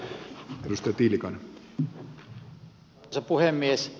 arvoisa puhemies